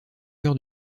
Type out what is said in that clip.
chœur